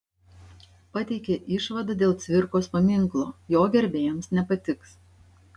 pateikė išvadą dėl cvirkos paminklo jo gerbėjams nepatiks